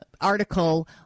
article